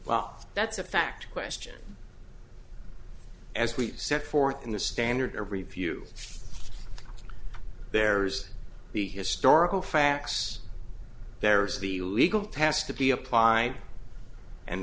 well that's a fact question as we've set forth in the standard of review there's the historical facts there's the legal pass to be applied and